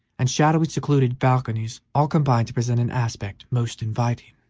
and shadowy, secluded balconies all combined to present an aspect most inviting.